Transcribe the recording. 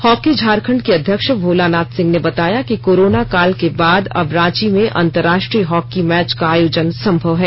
hockey Jharkhand के अध्यक्ष भोलानाथ सिंह ने बताया कि कोरोनाकाल के बाद अब रांची में अंतरराष्ट्रीय हॉकी मैच का आयोजन संभव है